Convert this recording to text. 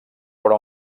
però